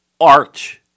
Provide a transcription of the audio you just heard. art